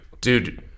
dude